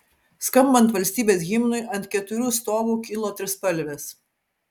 skambant valstybės himnui ant keturių stovų kilo trispalvės